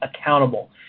accountable